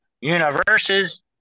universes